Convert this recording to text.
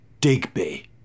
Digby